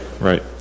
right